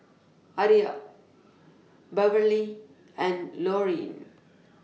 Aria Beverley and Lurline